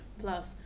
plus